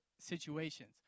situations